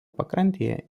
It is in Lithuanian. pakrantėje